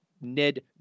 Ned